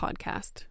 podcast